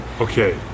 Okay